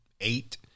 eight